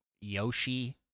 yoshi